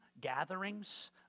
gatherings